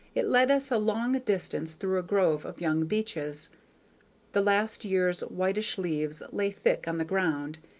it led us a long distance through a grove of young beeches the last year's whitish leaves lay thick on the ground,